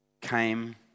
came